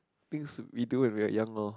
things we do when we are young lor